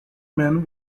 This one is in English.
man